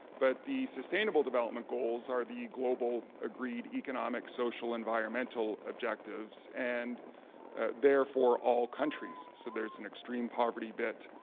but the sustainable development goals are the global agreed economic, social, environmental objectives, and therefore all countries, so there's an extreme poverty bit.